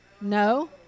No